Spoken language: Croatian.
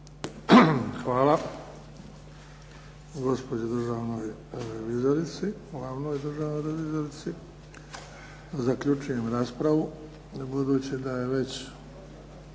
Hvala gospođi državnoj revizorici, glavnoj državnoj revizorici. Zaključujem raspravu. Budući da je već